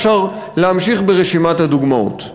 אפשר להמשיך ברשימת הדוגמאות.